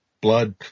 blood